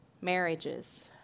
marriages